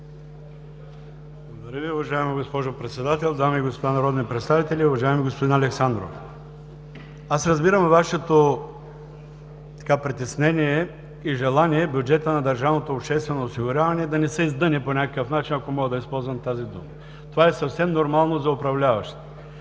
Благодаря, уважаема госпожо Председател. Дами и господа народни представители! Уважаеми господин Александров, аз разбирам Вашето притеснение и желание бюджетът на държавното обществено осигуряване да не се издъни по някакъв начин, ако мога да използвам тази дума. Това е съвсем нормално за управляващите.